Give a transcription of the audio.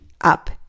up